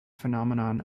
phenomenon